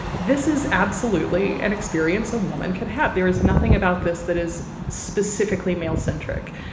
this is absolutely an experience a woman can have. there is nothing about this that is specifically male centric.